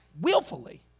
willfully